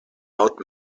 haut